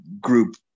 group